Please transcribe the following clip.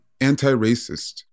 Anti-Racist